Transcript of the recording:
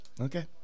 Okay